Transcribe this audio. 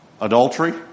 Adultery